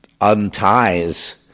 unties